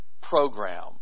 program